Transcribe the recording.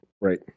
Right